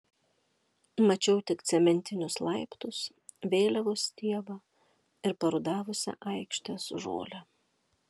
mačiau tik cementinius laiptus vėliavos stiebą ir parudavusią aikštės žolę